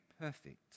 perfect